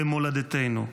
במולדתנו.